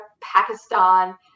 Pakistan